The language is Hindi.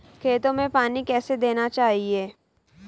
खेतों में पानी कैसे देना चाहिए?